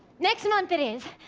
next month it is!